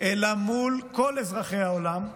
אלא מול כל אזרחי העולם,